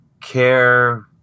care